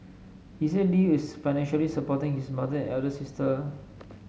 he said Lee is financially supporting his mother elder sister